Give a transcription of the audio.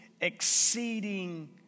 exceeding